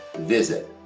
visit